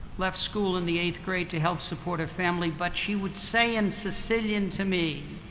left school in the eighth grade to help support her family, but she would say in sicilian to me,